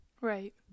Right